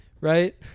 right